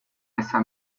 esa